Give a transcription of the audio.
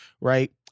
Right